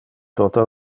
toto